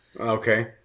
Okay